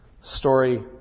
Story